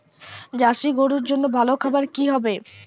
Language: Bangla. জার্শি গরুর জন্য ভালো খাবার কি হবে?